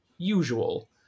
usual